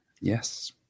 Yes